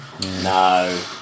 No